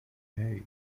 hey